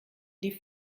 die